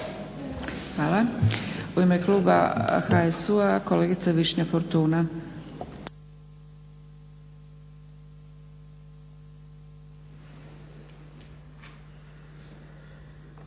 Hvala. U ime kluba HSU-a kolega Višnja Fortuna.